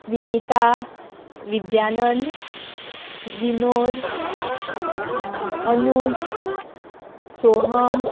Vinita Vidyanand Vinod Anuj Soham